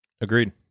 agreed